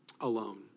alone